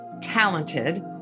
talented